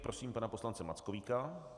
Prosím pana poslance Mackovíka.